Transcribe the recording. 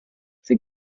sie